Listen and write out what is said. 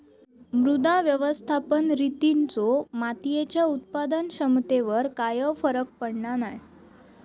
मृदा व्यवस्थापन रितींचो मातीयेच्या उत्पादन क्षमतेवर कायव फरक पडना नाय